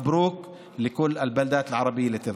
(אומר בערבית: מזל טוב לכל היישובים הערביים שהוזכרו.)